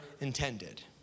intended